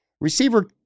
receiver